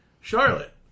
Charlotte